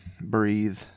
breathe